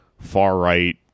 far-right